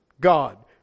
God